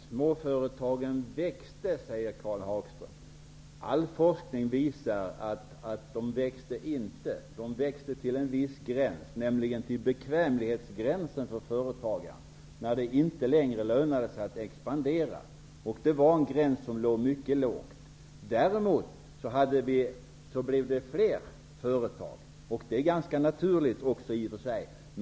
Herr talman! Småföretagen växte, säger Karl Hagström. All forskning visar att de inte växte. De växte till en viss gräns, nämligen till bekvämlighetsgränsen för företagarna, när det inte längre lönade sig att expandera. Den gränsen låg mycket lågt. Däremot blev det fler företag, vilket i och för sig är ganska naturligt.